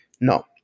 no